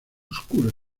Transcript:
oscuro